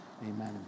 amen